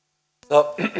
arvoisa